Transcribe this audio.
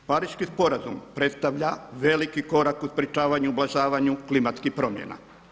Pariški sporazum predstavlja veliki korak u sprječavanju i ublažavanju klimatskih promjena.